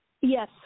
Yes